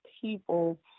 people